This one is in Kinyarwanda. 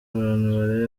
abantu